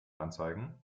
anzeigen